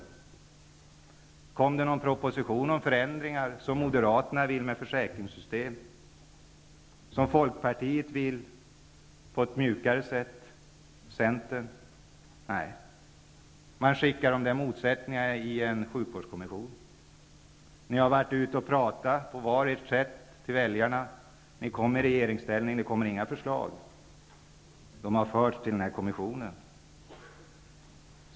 Har det lagts fram någon proposition med förslag till förändringar i försäkringssystemet -- som Moderaterna vill ha, Folkpartiet också, men på ett mjukare sätt, och Centern? Nej. Motsättningarna skall redas ut i en sjukvårdskommission. Ni har, var och en på sitt sätt, talat till väljarna. Ni kom i regeringsställning, men ni kommer inte med några förslag. De har förts över till kommissionen.